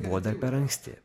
buvo dar per anksti